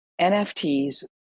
nfts